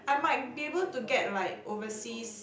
I might be able to get like overseas